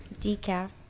Decaf